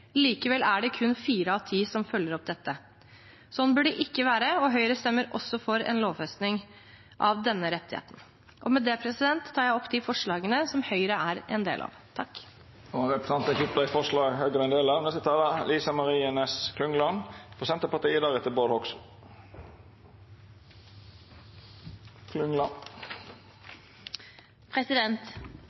Likevel er det kun fire av ti som følger opp dette. Slik bør det ikke være, og Høyres stemmer også for en lovfesting av denne rettigheten. Med det tar jeg opp de forslagene som Høyre er en del av. Representanten Sandra Bruflot har teke opp dei forslaga ho refererte til. Filosofen og sjukepleiaren Kari Martinsens tenking har vore viktig for